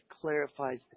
clarifies